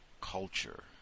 culture